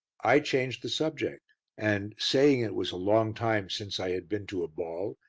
i changed the subject and, saying it was a long time since i had been to a ball,